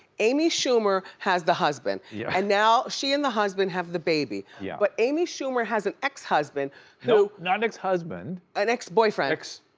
amy schumer has the husband yeah and now she and the husband have the baby, yeah but amy schumer has an ex-husband who no, not an ex-husband. an ex-boyfriend. ex-friend.